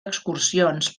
excursions